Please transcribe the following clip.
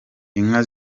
inka